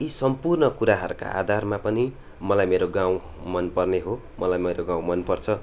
यी सम्पूर्ण कुराहरूका आधारमा पनि मलाई मेरो गाउँ मनपर्ने हो मलाई मेरो गाउँ मनपर्छ